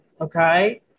okay